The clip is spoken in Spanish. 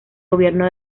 gobierno